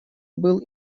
был